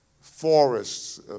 forests